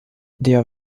der